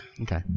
Okay